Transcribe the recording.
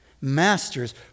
Masters